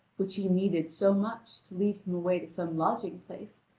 which he needed so much lead him away to some lodging-place,